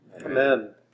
Amen